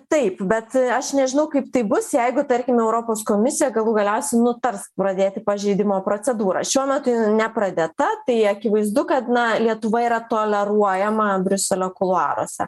taip bet aš nežinau kaip tai bus jeigu tarkim europos komisija galų galiausiai nutars pradėti pažeidimo procedūrą šiuo metu jinai nepradėta tai akivaizdu kad na lietuva yra toleruojama briuselio kuluaruose